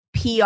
PR